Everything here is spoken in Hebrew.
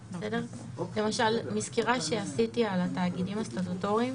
למשל, מסקירה שעשיתי על התאגידים הסטטוטוריים,